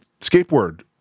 skateboard